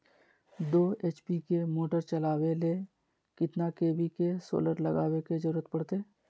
दो एच.पी के मोटर चलावे ले कितना के.वी के सोलर लगावे के जरूरत पड़ते?